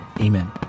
Amen